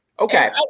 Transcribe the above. Okay